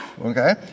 Okay